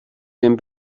dem